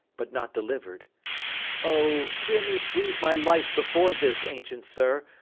but not deliver'd o, hear me breathe my life before this ancient sir,